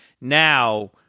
now